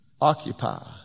occupy